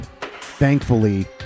Thankfully